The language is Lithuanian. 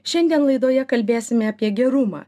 šiandien laidoje kalbėsime apie gerumą